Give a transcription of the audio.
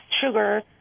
sugar